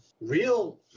real